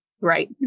Right